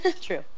true